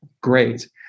great